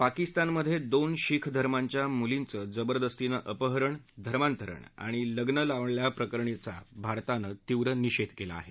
पाकिस्तानमध्विन शिख धर्माच्या मुलीचं जबरदस्तीनं अपहरण धर्मांतरण आणि लग्न लावल्याप्रकरणीचा भारतानं तीव्र निषद्ध कला आह